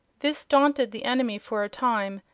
this daunted the enemy for a time,